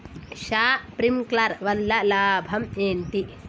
Sprinkler వల్ల లాభం ఏంటి?